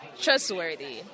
trustworthy